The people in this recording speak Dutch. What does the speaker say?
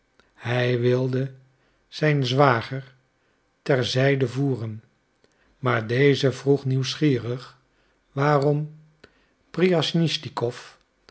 hij wilde zijn zwager ter zijde voeren maar deze vroeg nieuwsgierig waarom priasnitschnikow